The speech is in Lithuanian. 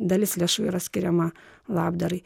dalis lėšų yra skiriama labdarai